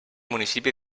municipi